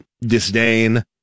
disdain